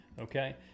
Okay